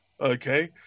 Okay